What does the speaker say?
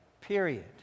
period